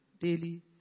daily